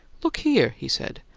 look here! he said.